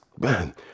man